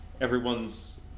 everyone's